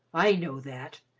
i know that.